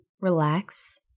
relax